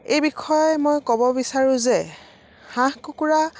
এই বিষয়ে মই ক'ব বিচাৰো যে হাঁহ কুকুৰা